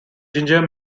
ginger